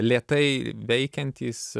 lėtai veikiantys